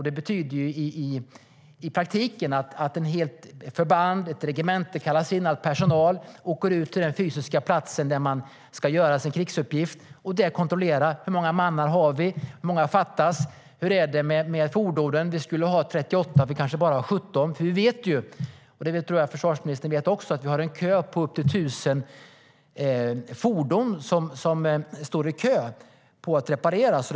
Det betyder i praktiken att ett helt förband eller ett regemente kallas in, att personal åker ut till den fysiska plats där man ska göra sin krigsuppgift och kontrollera hur många mannar man har, hur många som fattas och om fordonen fungerar. Det kan vara så att man skulle ha haft 38 fordon, men det finns bara 17. Försvarsministern vet ju att det finns en kö av upp till tusen fordon som väntar på att repareras.